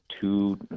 two